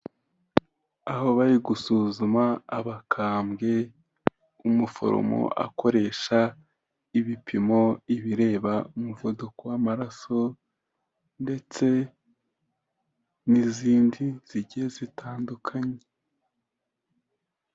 Aho bari gusuzuma abakambwe umuforomo akoresha ibipimo ibireba umuvuduko w'amaraso ndetse n'izindi zigiye zitandukanye.